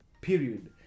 Period